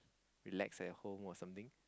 relax at home or something